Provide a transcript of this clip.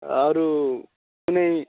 अरू कुनै